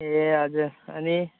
ए हजुर अनि